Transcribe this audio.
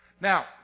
Now